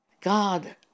God